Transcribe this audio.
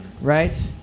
right